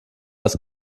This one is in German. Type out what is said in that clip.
das